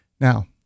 Now